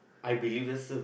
I believe that's so